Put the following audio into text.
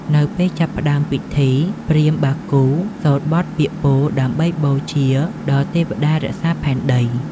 នៅពេលចាប់ផ្ដើមពិធី ព្រាហ្មណ៍បាគូសូត្របទពាក្យពោល ដើម្បីបូជាដល់ទេវតារក្សាផែនដី។